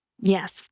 Yes